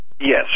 Yes